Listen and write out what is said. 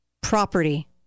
property